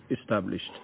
established